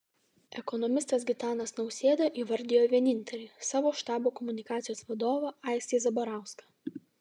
ekonomistas gitanas nausėda įvardijo vienintelį savo štabo komunikacijos vadovą aistį zabarauską